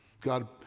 God